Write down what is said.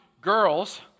girls